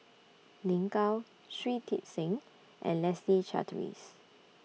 Lin Gao Shui Tit Sing and Leslie Charteris